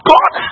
God